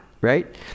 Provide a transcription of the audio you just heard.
right